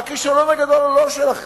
הכישלון הגדול, הוא לא שלכם.